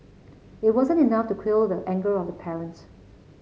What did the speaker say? it wasn't enough to quell the anger of the parents